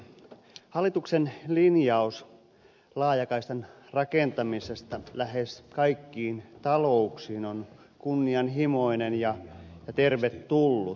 hallituksen linjaus laajakaistan rakentamisesta lähes kaikkiin talouksiin on kunnianhimoinen ja tervetullut